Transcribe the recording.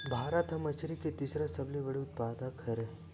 भारत हा मछरी के तीसरा सबले बड़े उत्पादक हरे